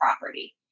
property